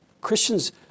Christians